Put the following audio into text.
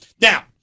Now